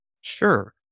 Sure